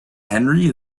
henri